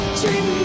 dream